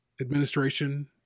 administration